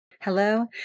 Hello